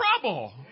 trouble